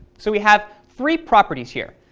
so we have three properties here.